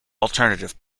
alternative